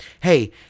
hey